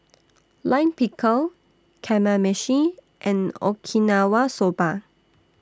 Lime Pickle Kamameshi and Okinawa Soba